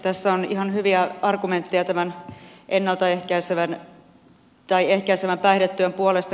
tässä on käytetty ihan hyviä argumentteja ehkäisevän päihdetyön puolesta